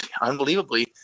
unbelievably